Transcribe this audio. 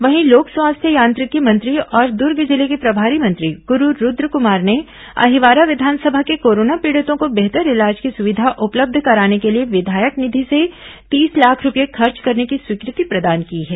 वहीं लोक स्वास्थ्य यांत्रिकी मंत्री और दुर्ग जिले के प्रभारी मंत्री गुरू रूद्रकुमार ने अहिवारा विधानसभा के कोरोना पीड़ितों को बेहतर इलाज की सुविधा उपलब्ध कराने के लिए विधायक निधि से तीस लाख रूपये खर्च करने की स्वीकृति प्रदान की है